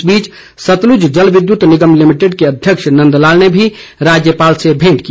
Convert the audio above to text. इस बीच सतलुज जलविद्युत निगम लिमिटेड के अध्यक्ष नंदलाल ने भी राज्यपाल से भेंट की